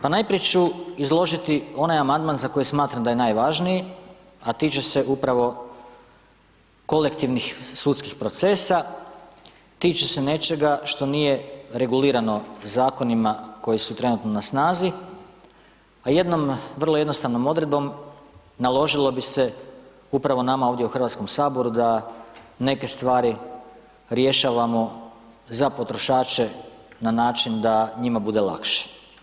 Pa najprije ću izložiti ovaj amandman za koji smatram da je najvažniji, a tiče se upravo kolektivnih sudskih procesa, tiče se nečega što nije regulirano zakonima koji su trenutno na snazi, a jednom, vrlo jednostavnom odredbom naložilo bi se upravo nama ovdje u HS-u da neke stvari rješavamo za potrošače na način da njima bude lakše.